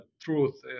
truth